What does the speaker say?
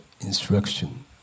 instruction